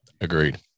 Agreed